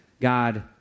God